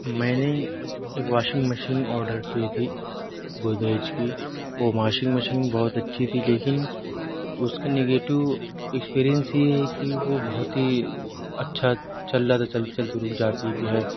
میں نے ایک واشنگ مشین آڈر کی تھی گودریج کی وہ واشنگ مشین بہت اچھی تھی لیکن اس کے نگیٹیو ایکسپیرئنس یہ ہے کہ وہ بہت ہی اچھا چل رہا تھا چلتے چلتے رک جاتی کی ہے